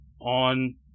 on